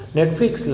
Netflix